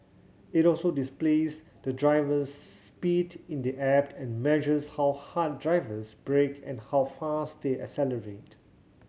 it also displays the driver's speed in the app and measures how hard drivers brake and how fast they accelerate